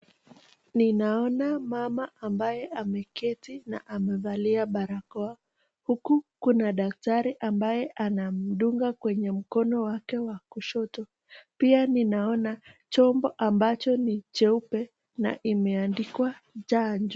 Ninaona mama ambaye ameketi na amevalia barakoa huku kuna daktari ambaye anamdungwa kwenye mkono wake wa kushoto. Pia ninaona chombo ambacho ni cheupe na imeandikwa chanjo.